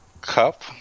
cup